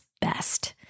best